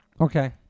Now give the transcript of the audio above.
Okay